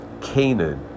Canaan